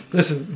Listen